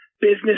business